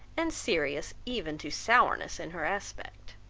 and serious, even to sourness, in her aspect.